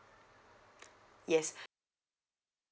yes